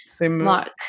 Mark